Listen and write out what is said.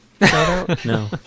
No